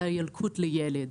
על הילקוט לילד,